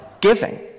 giving